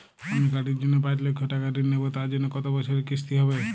আমি গাড়ির জন্য পাঁচ লক্ষ টাকা ঋণ নেবো তার জন্য কতো বছরের কিস্তি হবে?